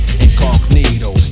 incognito